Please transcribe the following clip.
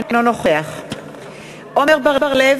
אינו נוכח עמר בר-לב,